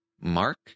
Mark